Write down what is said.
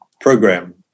program